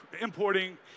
importing